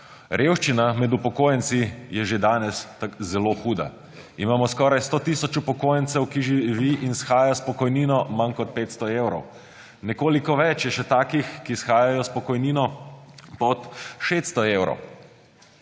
Revščina med upokojenci je že danes itak zelo huda. Imamo skoraj 100 tisoč upokojencev, ki živijo in shajajo s pokojnino manj kot 500 evrov. Nekoliko več je še takih, ki shajajo s pokojnino pod 600 evrov.